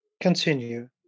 continue